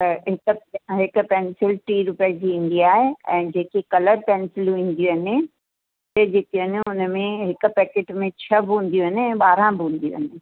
त हिकु हिकु पेंसिल टी रुपए जी ईंदी आहे ऐं जेकी कलर पेंसिलूं ईंदियूं आहिनि उहे जेके आहिनि हुन में हिक पैकिट में छह बि हूंदियूं आहिनि ऐं ॿारहं बि हूंदियूं आहिनि